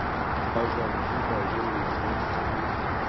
aš jos bryto žiauriai nevirškinu